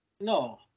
No